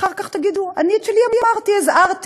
ואחר כך תגידו: אני את שלי אמרתי, הזהרתי.